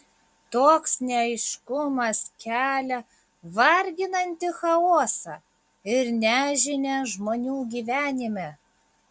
toks neaiškumas kelia varginantį chaosą ir nežinią žmonių gyvenime